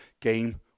game